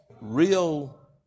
real